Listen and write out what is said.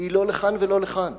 היא לא לכאן ולא לכאן.